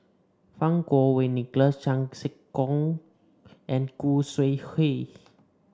Fang Kuo Wei Nicholas Chan Sek Keong and Khoo Sui Hoe